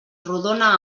rodona